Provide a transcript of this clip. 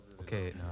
Okay